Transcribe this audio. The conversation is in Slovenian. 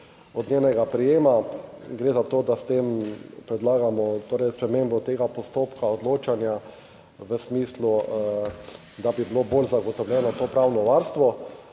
od njenega prejema. Gre za to, da s tem predlagamo torej spremembo tega postopka odločanja v smislu, da bi bilo bolj zagotovljeno to pravno varstvo.